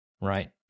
right